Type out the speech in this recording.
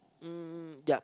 mm yup